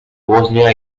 bosnia